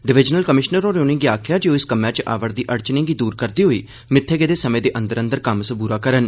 divisional commissioner होरें उनें'गी आखेआ जे ओह इस कम्मै च आवै'रदी अड़चनें गी दूर करदे होई मित्थे गेदे समें दे अंदर अंदर कम्म सबूरा करन